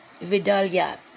Vidalia